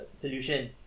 solution